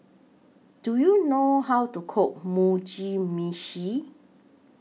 Do YOU know How to Cook Mugi Meshi